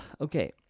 Okay